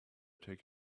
take